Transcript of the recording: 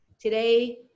today